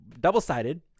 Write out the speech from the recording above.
double-sided